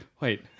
Wait